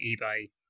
eBay